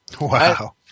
wow